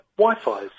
Wi-Fi